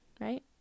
Right